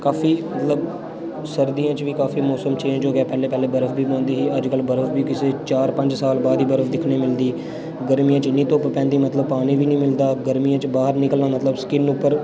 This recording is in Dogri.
काफी जि'यां सर्दियें च बी काफी मौसम चेंज हो दा पैह्लें पैह्लें बर्फ बी पौंदी ही अज्ज कल बर्फ बी किश चार पंज साल बाद ई बर्फ दिक्खने गी मिलदी गर्मियें च इ'न्नी धुप्प पेंदी मतलब पानी बी निं मिलदा गर्मियें च बाहर निकलना मतलब स्किन उप्पर